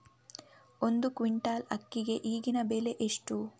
ಒಂದು ಕ್ವಿಂಟಾಲ್ ಅಕ್ಕಿಗೆ ಈಗಿನ ಬೆಲೆ ಎಷ್ಟು?